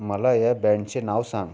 मला या बँडचे नाव सांग